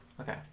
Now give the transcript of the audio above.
Okay